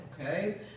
okay